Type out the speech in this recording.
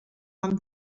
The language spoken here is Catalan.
vam